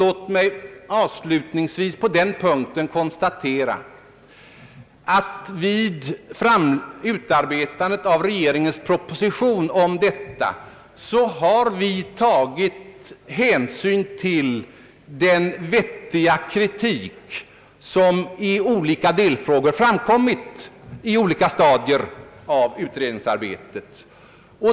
Låt mig avslutningsvis på detta område konstatera, att vid utarbetandet av regeringens proposition har vi tagit hänsyn till den vettiga kritik som i olika delfrågor på skilda stadier framkommit under utredningsarbetet.